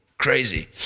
crazy